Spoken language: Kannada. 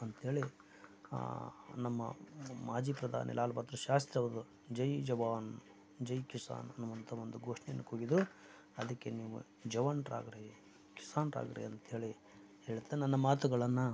ಅಂತೇಳಿ ನಮ್ಮ ಮಾಜಿ ಪ್ರಧಾನಿ ಲಾಲ್ ಬಹದ್ದೂರ್ ಶಾಸ್ತ್ರಿ ಅವರು ಜೈ ಜವಾನ್ ಜೈ ಕಿಸಾನ್ ಅನ್ನುವಂಥ ಒಂದು ಘೋಷಣೆಯನ್ನು ಕೂಗಿದ್ದರು ಅದಕ್ಕೆ ನೀವು ಜವಾನರಾಗ್ರಿ ಕಿಸಾನರಾಗ್ರಿ ಅಂತೇಳಿ ಹೇಳ್ತ ನನ್ನ ಮಾತುಗಳನ್ನು